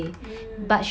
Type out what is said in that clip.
mm